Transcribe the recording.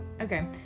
Okay